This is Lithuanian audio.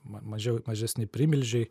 ma mažiau mažesni primilžiai